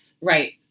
Right